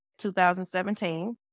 2017